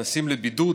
נכנסים לבידוד,